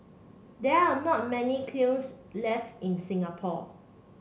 there are not many kilns left in Singapore